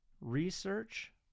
research